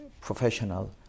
professional